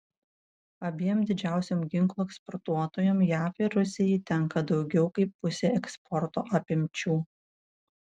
abiem didžiausiom ginklų eksportuotojom jav ir rusijai tenka daugiau kaip pusė eksporto apimčių